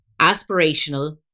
aspirational